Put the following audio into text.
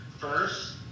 First